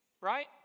Right